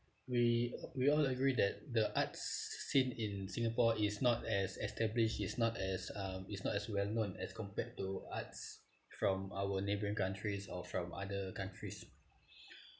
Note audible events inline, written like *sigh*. we we all agree that the arts scene in singapore is not as established is not as uh it's not as well known as compared to arts from our neighbouring countries or from other countries *breath*